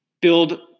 build